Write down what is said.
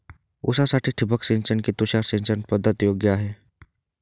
ऊसासाठी ठिबक सिंचन कि तुषार सिंचन पद्धत योग्य आहे?